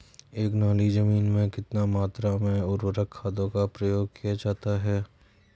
एक नाली जमीन में कितनी मात्रा में उर्वरक खादों का प्रयोग किया जाता है?